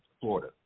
Florida